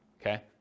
okay